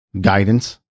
guidance